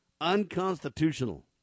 unconstitutional